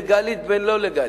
אם לגלית ואם לא-לגלית.